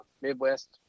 midwest